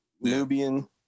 Nubian